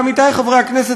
עמיתי חברי הכנסת,